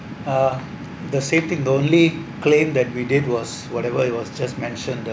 uh the same thing the only claim that we did was whatever it was just mentioned the